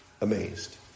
amazed